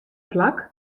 plak